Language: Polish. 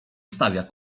stawia